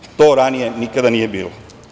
To ranije nikada nije bilo.